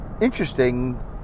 interesting